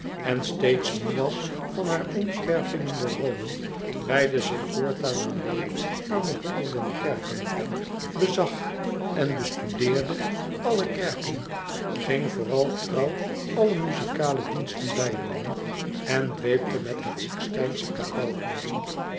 en steeds moê was van hare omzwervingen door rome wijdde zich voortaan alleen aan de honderden kerken bezag en bestudeerde àlle kerken ging vooral trouw alle muzikale diensten bijwonen en dweepte met het sixtijnsche kapelkoor